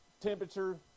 temperature